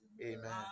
Amen